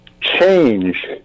change